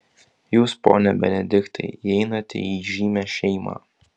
jūs pone benediktai įeinate į įžymią šeimą